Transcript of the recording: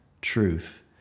Truth